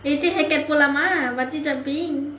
A_J hackett போலாமா:poolaamaa bungee jumping